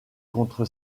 contre